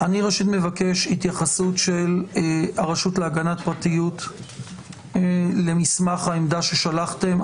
אני מבקש התייחסות של הרשות להגנת הפרטיות למסמך העמדה ששלחתם.